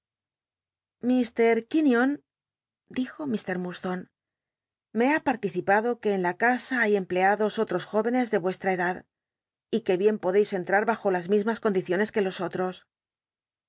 ifr quinion dijo jlt urdstone me ha participado que en la casa hay empleados oltos jó cnes de ntestra edad y que bien podeis entrar bajo las mismas condiciones que los otros